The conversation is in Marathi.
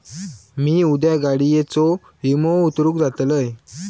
मी उद्या गाडीयेचो विमो उतरवूक जातलंय